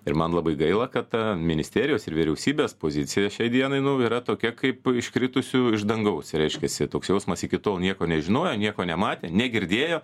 ir man labai gaila kad ministerijos ir vyriausybės pozicija šiai dienai nu yra tokia kaip iškritusių iš dangaus reiškiasi toks jausmas iki tol nieko nežinojo nieko nematė negirdėjo